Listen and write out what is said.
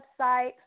website